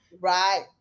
right